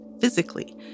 physically